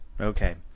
Okay